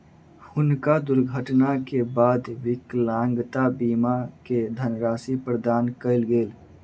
हुनका दुर्घटना के बाद विकलांगता बीमा के धनराशि प्रदान कयल गेल